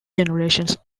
generations